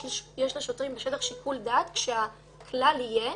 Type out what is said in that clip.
יש לשוטרים בשטח שיקול דעת כשהכלל יהיה,